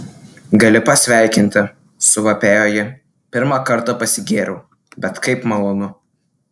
gali pasveikinti suvapėjo ji pirmą kartą pasigėriau bet kaip malonu